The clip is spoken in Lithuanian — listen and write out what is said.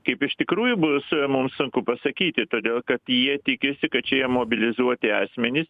kaip iš tikrųjų bus mum sunku pasakyti todėl kad jie tikisi kad šie mobilizuoti asmenys